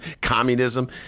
communism